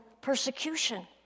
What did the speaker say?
persecution